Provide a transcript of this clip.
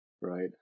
right